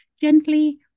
gently